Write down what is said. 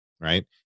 right